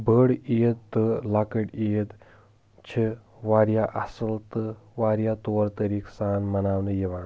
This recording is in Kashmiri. بٔڑ عیٖد تہٕ لۄکٕٹ عیٖد چھِ واریاہ اصل تہٕ واریاہ طور طٔریٖقہٕ سان مناونہٕ یِوان